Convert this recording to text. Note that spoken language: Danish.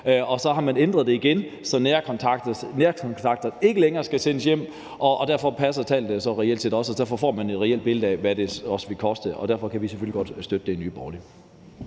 så nære kontakter til nære kontakter ikke længere skal sendes hjem. Derfor passer tallene så reelt også, og derfor får man et reelt billede af, hvad det vil koste. Derfor kan vi selvfølgelig godt støtte det i Nye Borgerlige.